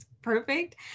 perfect